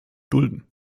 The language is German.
dulden